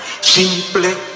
simple